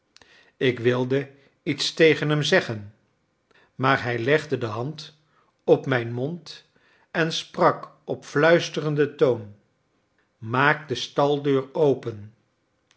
ik wilde iets tegen hem zeggen maar hij legde de hand op mijn mond en sprak op fluisterenden toon maak de staldeur open